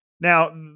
Now